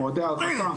מועדי הרחקה,